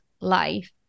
life